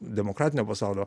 demokratinio pasaulio